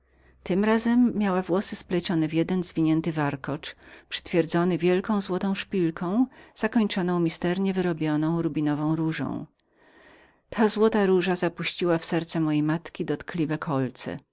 tym razem miała włosy splecione w jeden zwinięty warkocz i ii przytwierdzony wielką złotą szpilką zakończoną misternie wyrobioną rubinową różą ta złota róża zapuściła w serce mojej matki dotkliwe kolce